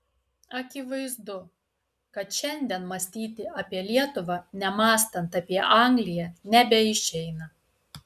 akivaizdu kad šiandien mąstyti apie lietuvą nemąstant apie angliją nebeišeina